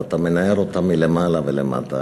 ואתה מנער אותה מלמעלה ולמטה